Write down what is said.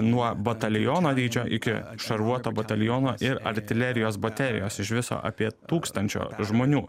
nuo bataliono dydžio iki šarvuoto bataliono ir artilerijos baterijos iš viso apie tūkstančio žmonių